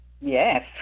Yes